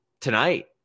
tonight